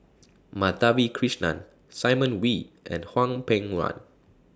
Madhavi Krishnan Simon Wee and Hwang Peng Yuan